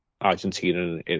Argentina